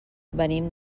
venim